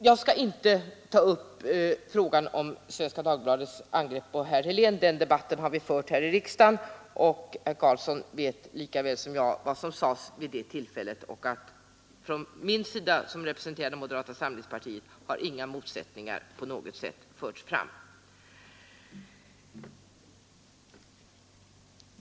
Jag skall inte ta upp frågan om Svenska Dagbladets angrepp på herr Helén. Den debatten har vi fört i riksdagen, och herr Carlsson vet lika väl som vi vad som sades vid det tillfället. Från moderata samlingspartiet har inga motsättningar på något sätt förts fram.